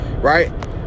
right